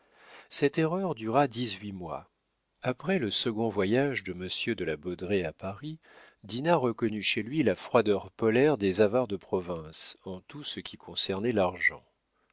cette erreur dura dix-huit mois après le second voyage de monsieur de la baudraye à paris dinah reconnut chez lui la froideur polaire des avares de province en tout ce qui concernait l'argent